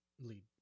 Lead